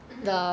mmhmm